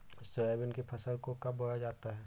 Soybean की फसल को कब बोया जाता है?